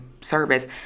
service